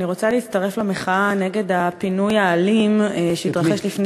אני רוצה להצטרף למחאה נגד הפינוי האלים שהתרחש לפני